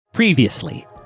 Previously